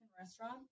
restaurant